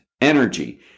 energy